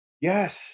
Yes